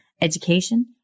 education